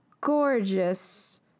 gorgeous